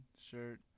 shirt